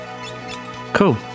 Cool